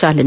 ಚಾಲನೆ